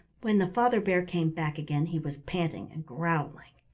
when the father bear came back again, he was panting and growling.